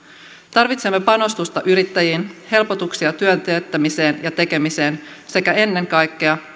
tarvitsemme panostusta yrittäjiin helpotuksia työn teettämiseen ja tekemiseen sekä ennen kaikkea